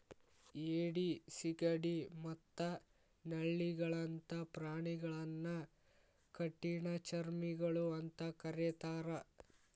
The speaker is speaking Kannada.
ಏಡಿ, ಸಿಗಡಿ ಮತ್ತ ನಳ್ಳಿಗಳಂತ ಪ್ರಾಣಿಗಳನ್ನ ಕಠಿಣಚರ್ಮಿಗಳು ಅಂತ ಕರೇತಾರ